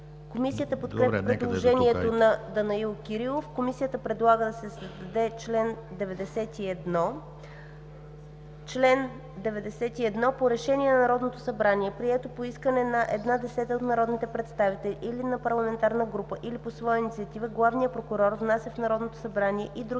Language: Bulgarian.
Комисията подкрепя предложението на Данаил Кирилов. Комисията предлага да се създаде чл. 91: „Чл. 91. По решение на Народното събрание, прието по искане на една десета от народните представители или на парламентарна група, или по своя инициатива главният прокурор внася в Народното събрание и други